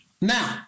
Now